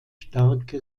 starke